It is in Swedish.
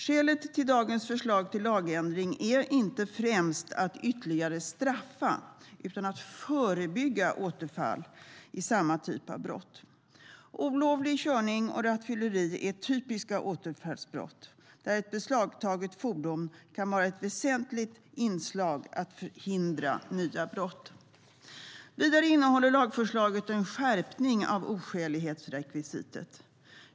Skälet till dagens förslag till lagändring är inte främst att ytterligare straffa utan att förebygga återfall i samma typ av brott. Olovlig körning och rattfylleri är typiska återfallsbrott där ett beslagtaget fordon kan vara ett väsentligt inslag för att förhindra nya brott. Vidare innehåller lagförslaget en skärpning av oskälighetsrekvisitet.